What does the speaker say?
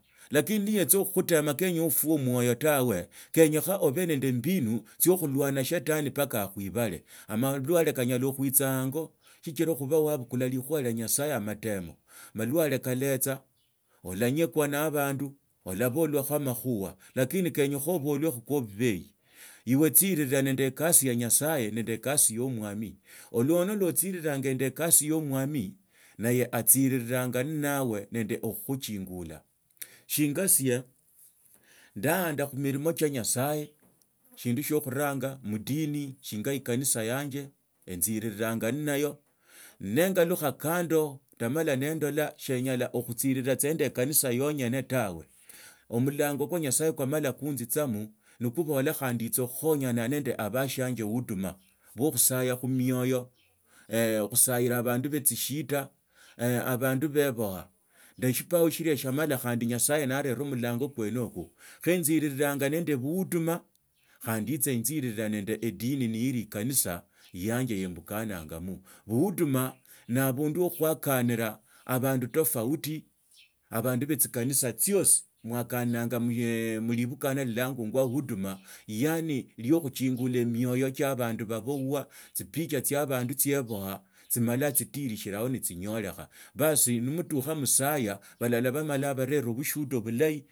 Lakini neyitsa khukhutema kenyaa ofuye omwoyo tawe kenyekha obe nende mbinu tsiokhulwana shetani mpaka ekhashibele amalwale kanyala khuitsa ango shikile khuba wabukula likhuba likhuba lia nyasaye amatemo malwale kaletsaolanyekwa na abandu olabolakhwa amakhuba lakini kenyakha obolwekho ko bubehi lwa tsirira nende ekasi ya nyasaye nende ekasi ya omwami naye alatsiriranga nnawe nende okhukhuchipa shingasia ndahanda khumilimo tsia nyasaye shindu shio khuranga ni dini shinga ikanisa yanje enziriringa ninayo lwengalukha kando ndamala nendola shemala okhutsirira tsa nende ekanisa yenyene tawe omulango kwa nyasaye kwamala kunzitsamo nikubola khandi esakhukhonyane khandi nende abasianje bwo khusaya khumioyo khusayaa abandu betsishida abandu baboha ne shipaho shilia shiamala khandi nyasaye narera omulango kwene okwakhe tsiriranga nende buuduma na abandu wo khuakanira abandu tofauti abandu be tsikanisa tsiosi ebukananga mlibukana lilangwangwa huduma yaani yakhuchingula emioyo chia abandu baboywa tsipicha tsiabandu tsiebukha tsimala tsititishiluha netsi nyolakho basi nimutukha musaya balala bamala barera bushuda bulahi.